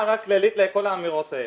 זו הערה כללית לכל האמירות האלה.